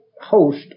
host